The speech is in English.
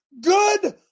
good